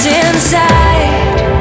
inside